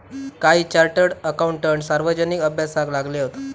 काही chartered accountant सार्वजनिक अभ्यासाक लागले हत